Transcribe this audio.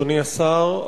אדוני השר,